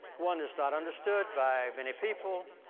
one is not understood by many people,